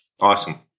Awesome